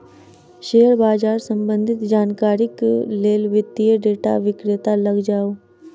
share बाजार सम्बंधित जानकारीक लेल वित्तीय डेटा विक्रेता लग जाऊ